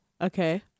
Okay